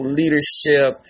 leadership